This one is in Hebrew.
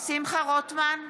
שמחה רוטמן,